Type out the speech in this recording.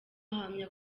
ahamya